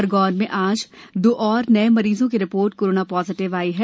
खरगोन में आज और दो और नए मरीजो की रिपोर्ट कोरोना पॉजिटिव आई है